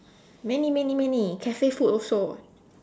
many many many cafe food also